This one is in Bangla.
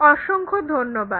অসংখ্য ধন্যবাদ